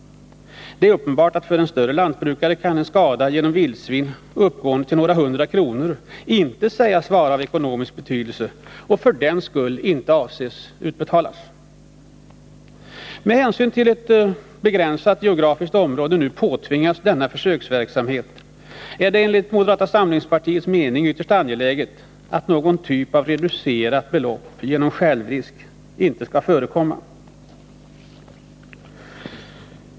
Det är uppenbart att för en större lantbrukare kan en skada genom vildsvin, uppgående till några hundra kronor, inte sägas vara av ekonomisk betydelse och för den skull inte behöva utbetalas. Med hänsyn till att ett begränsat geografiskt område påtvingas denna försöksverksamhet är det enligt vår mening ytterst angeläget att någon typ av reducerat belopp genom självrisk inte förekommer.